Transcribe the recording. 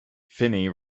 finney